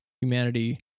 humanity